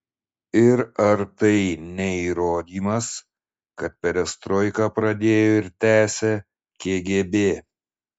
ir ar tai ne įrodymas kad perestroiką pradėjo ir tęsia kgb